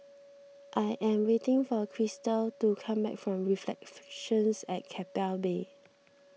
I am waiting for Krystal to come back from reflect flection at Keppel Bay